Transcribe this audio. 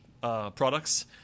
products